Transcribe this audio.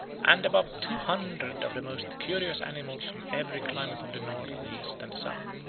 and above two hundred of the most curious animals from every climate of the north, the east, and the south.